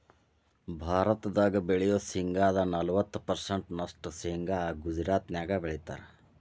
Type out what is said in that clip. ಭಾರತದಾಗ ಬೆಳಿಯೋ ಶೇಂಗಾದ ನಲವತ್ತ ಪರ್ಸೆಂಟ್ ನಷ್ಟ ಶೇಂಗಾ ಗುಜರಾತ್ನ್ಯಾಗ ಬೆಳೇತಾರ